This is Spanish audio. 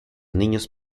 niños